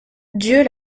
dieu